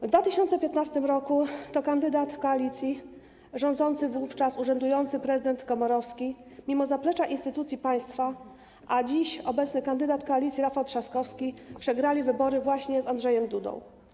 W 2015 r. to kandydat koalicji rządzącej wówczas, urzędujący prezydent Komorowski mimo zaplecza instytucji państwa, a dziś obecny kandydat Koalicji Rafał Trzaskowski przegrali wybory właśnie z Andrzejem Dudą.